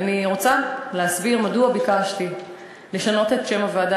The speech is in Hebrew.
אני רוצה להסביר מדוע ביקשתי לשנות את שם הוועדה